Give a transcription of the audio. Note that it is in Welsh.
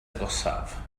agosaf